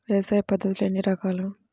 వ్యవసాయ పద్ధతులు ఎన్ని రకాలు?